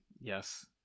Yes